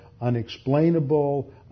unexplainable